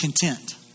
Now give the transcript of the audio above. content